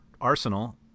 Arsenal